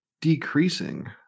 decreasing